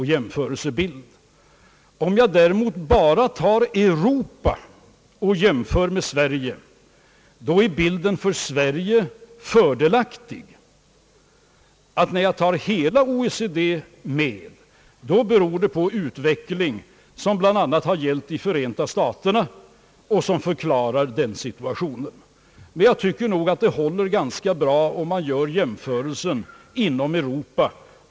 Om jag däremot bara jämför Sverige med Europa är bilden för Sverige fördelaktig. Att man får en annan bild när man tar hela: OECD med beror på den utveckling, som har skett i Förenta staterna och som förklarar situationen. Jag tycker dock att det håller ganska bra, om man gör en jämförelse med Europa.